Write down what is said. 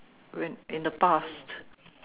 when in the past